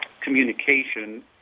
communication